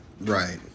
Right